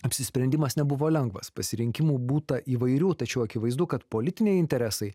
apsisprendimas nebuvo lengvas pasirinkimų būta įvairių tačiau akivaizdu kad politiniai interesai